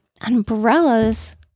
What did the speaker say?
umbrellas